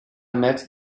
met